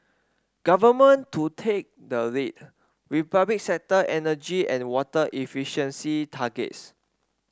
government to take the lead with public sector energy and water efficiency targets